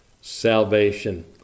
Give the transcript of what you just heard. Salvation